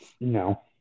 no